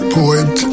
poet